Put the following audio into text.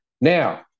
Now